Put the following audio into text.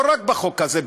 לא רק בחוק הזה,